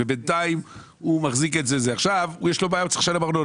ובינתיים הוא צריך לשלם ארנונה.